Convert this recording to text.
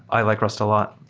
i like rust a lot.